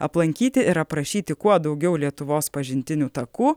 aplankyti ir aprašyti kuo daugiau lietuvos pažintinių takų